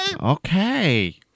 Okay